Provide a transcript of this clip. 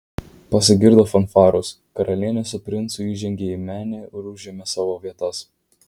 pasigirdo fanfaros karalienė su princu įžengė į menę ir užėmė savo vietas